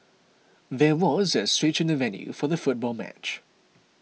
there was a switch in the venue for the football match